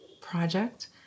project